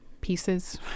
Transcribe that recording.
pieces